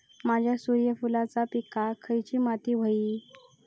माझ्या सूर्यफुलाच्या पिकाक खयली माती व्हयी?